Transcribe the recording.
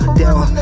down